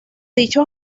dichos